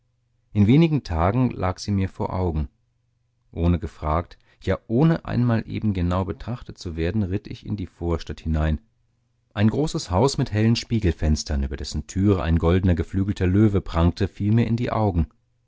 in wenigen tagen lag sie mir vor augen ohne gefragt ja ohne einmal eben genau betrachtet zu werden ritt ich in die vorstadt hinein ein großes haus mit hellen spiegelfenstern über dessen türe ein goldner geflügelter löwe prangte fiel mir in die augen